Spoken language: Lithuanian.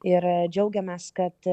ir džiaugiamės kad